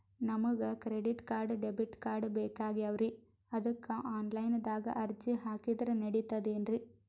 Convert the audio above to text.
ನಮಗ credit card, debit card ಬೇಕಾಗ್ಯಾವ್ರೀ ಅದಕ್ಕ ಆನಲೈನದಾಗ ಅರ್ಜಿ ಹಾಕಿದ್ರ ನಡಿತದೇನ್ರಿ?